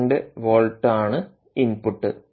2 volt ആണ് input